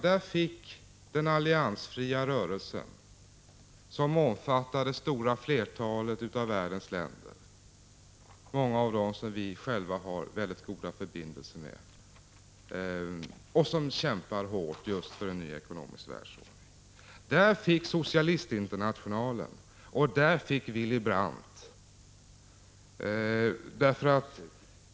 Där fick den alliansfria rörelsen, som omfattar det stora flertalet av världens länder av vilka vi själva har goda förbindelser med många och som kämpar hårt just för en ny ekonomisk världsordning. Där fick Socialistinternationalen, och där fick Willy Brandt.